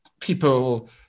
people